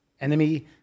Enemy